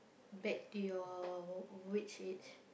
back to your w~ witch age